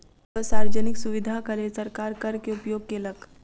लोकक सार्वजनिक सुविधाक लेल सरकार कर के उपयोग केलक